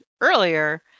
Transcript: earlier